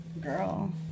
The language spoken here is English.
girl